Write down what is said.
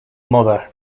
mother